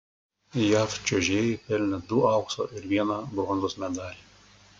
jav čiuožėjai pelnė du aukso ir vieną bronzos medalį